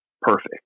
perfect